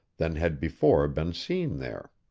than had before been seen there.